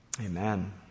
Amen